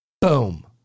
Boom